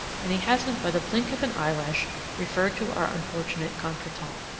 and he hasn't by the blink of an eyelash referred to our unfortunate contretemps.